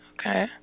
Okay